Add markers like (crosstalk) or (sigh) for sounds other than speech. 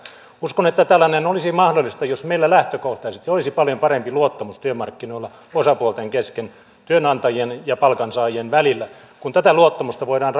uskon että tällainen olisi mahdollista jos meillä lähtökohtaisesti olisi paljon parempi luottamus työmarkkinoilla osapuolten kesken työnantajien ja palkansaajien välillä kun tätä luottamusta voidaan (unintelligible)